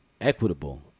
equitable